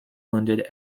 wounded